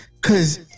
Cause